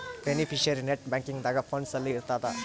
beneficiary net banking ದಾಗ funds ಅಲ್ಲಿ ಇರ್ತದ